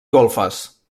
golfes